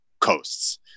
coasts